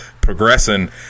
progressing